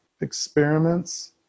experiments